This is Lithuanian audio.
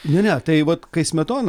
ne ne tai vat kai smetona